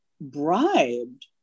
bribed